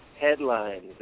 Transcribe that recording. headlines